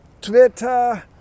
Twitter